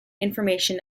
information